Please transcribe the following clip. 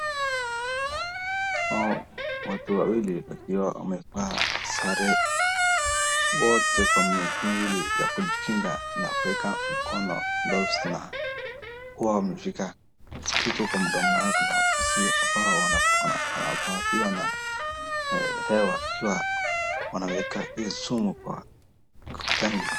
Naona watu wawili wakiwa wamevaa sare wote kwa mwili ya kujikinga na kuweka mkono gloves , na kuwa wamefika sukito kwa mdomo wao na mask , ambao wanapuliziwa na hewa, ikiwa wanaweka hii sumu kwa kwa tanki.